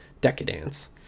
Decadence